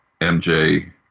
MJ